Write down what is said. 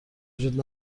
وجود